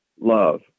love